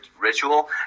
ritual